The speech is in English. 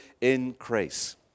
increase